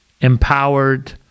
empowered